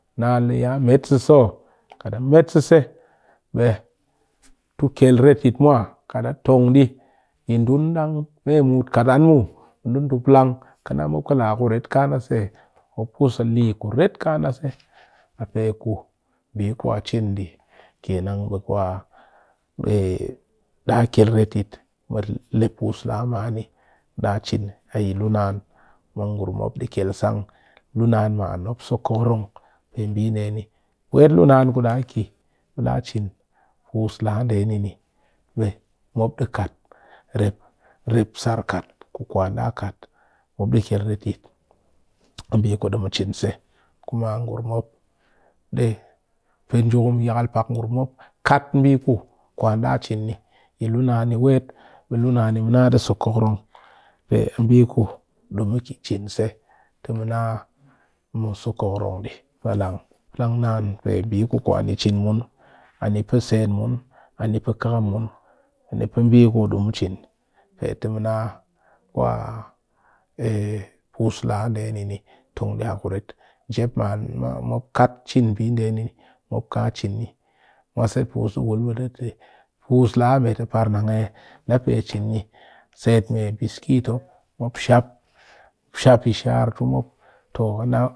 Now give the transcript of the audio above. Naan le ya met sezse o, kat met sezse ɓe tu kyel retyit muwa, kat a tong dɨ yi dunni dang me muut kat muw be ndu tu plang mop kɨ le kuret se ka na mop pus a li kuret ka naa se, pe ku mbi kwa cin dɨ se ken nan. ɓe kwa da kyel retyit mɨ le pus laa man ni kyel retyit mɨ le puus la man ni da'a cin a luu naan be ngurum mop di kyel san luu naan mop so kokorong pe bi nde ni wet luu naan be da cin pus la nde ni ni ku dɨ kɨ ɓe da cin be mop dɨ kat sar kat ku kwan da kat mop dɨ keyl retyit a bi ku du mu cin se kuma ngurum mop dɨ pɨ njukum yakal pak ngurum mop kat mbi ku kwan da cin ni yi luu naan ni weet be mu naa luu naan ni dɨ so kokorong pe a mbi ku du cin se te muna mu so kokorong ɗi, plang plang naan pe mbi ku kwa ni du mu cin ani pɨ sen mun ani pe khakam mun ani pe mbi kudu cin te mu na puus laa ni ni tong diya kuret njep man mop kat cin mbi nde mop ka cin mwase pus di wul te, puus la man ni par nang iyi? Daa pe cin ni set mee biskit shap shap shar ta mop.